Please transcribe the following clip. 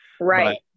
right